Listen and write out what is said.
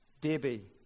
Debbie